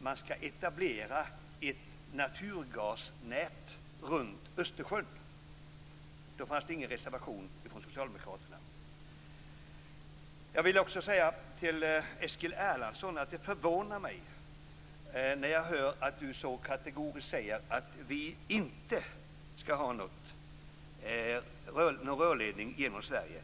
man skall etablera ett naturgasnät runt Östersjön. Då fanns det ingen reservation från socialdemokraterna. Jag vill också till Eskil Erlandsson säga att det förvånar mig när jag hör att han så kategoriskt säger att vi inte skall ha någon rörledning genom Sverige.